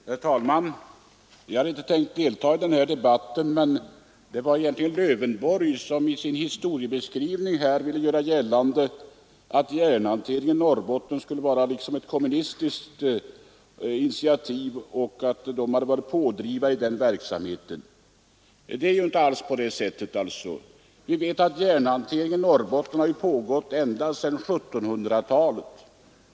Herr talman! Jag hade inte tänkt delta i den här debatten. I sin historieskrivning ville emellertid herr Lövenborg göra gällande att järnhanteringen i Norrbotten skulle vara ett kommunistiskt initiativ och att kommunisterna hade varit pådrivande i den verksamheten. Det är ju inte alls på det sättet. Vi vet att järnhanteringen i Norrbotten har pågått ända sedan 1700-talet.